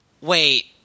wait